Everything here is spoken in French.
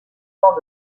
temps